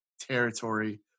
territory